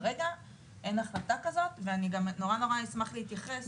כרגע אין החלטה כזאת, ואני גם מאוד אשמח להתייחס.